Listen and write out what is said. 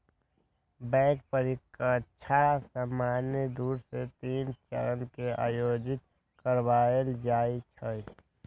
bank परीकछा सामान्य दू से तीन चरण में आयोजित करबायल जाइ छइ